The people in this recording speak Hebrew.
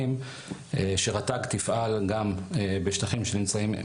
שיפוי על כל דבר שיכול לקרות